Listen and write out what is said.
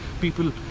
people